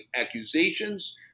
accusations